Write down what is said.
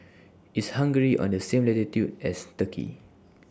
IS Hungary on The same latitude as Turkey